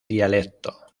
dialecto